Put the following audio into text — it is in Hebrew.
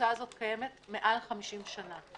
העמותה הזאת קיימת מעל 50 שנה.